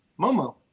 Momo